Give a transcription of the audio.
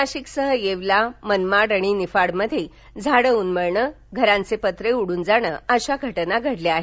नाशिकसह येवला मनमाड आणि निफाडमध्ये झाडं उन्मळणं घरांचे पत्रे उडून जाणं अशा घटना घडल्या आहेत